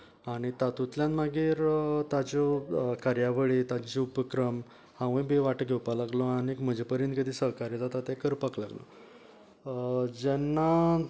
आनी तातूंतल्यान मागीर ताच्यो कार्यावळीं ताच्यो उपक्रम हांवूय बी वांटो घेवपाक लागलो आनीक म्हजे परीन जे सहकार्य जाता तें करपाक लागलो जेन्ना